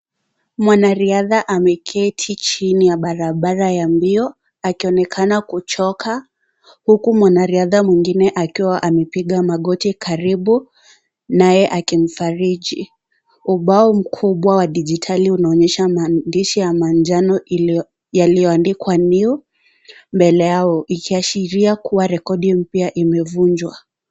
Mwanariadha ameketi chini ya barabara ya mbio, akionekana kuchoka huku mwanariadha mwingine akiwa amepiga magoti karibu naye akimfariji. Ubao mkubwa wa dijitali unaonyesha maandishi ya manjano yaliyoandikwa " New " mbele yao ikiashiria kuwa rekodi mpya imevunjwa.